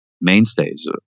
mainstays